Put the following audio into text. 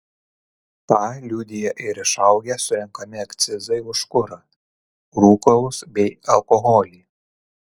tą liudija ir išaugę surenkami akcizai už kurą rūkalus bei alkoholį